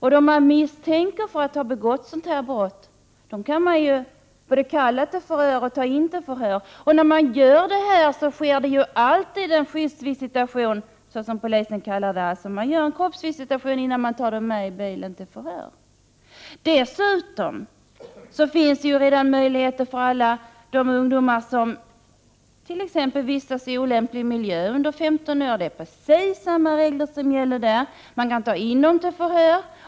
De som misstänks för att ha begått ett sådant brott kan man både kalla till förhör och ta in till förhör. När man gör det sker alltid en skyddsvisitation, alltså en kroppsvisitation innan den misstänkte får åka med i polisbilen till förhör. Dessutom finns möjligheter att visitera alla de ungdomar under 15 år som t.ex. vistas i olämplig miljö. Det är precis samma regler som gäller. Man kan ta in dem till förhör.